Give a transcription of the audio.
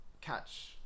catch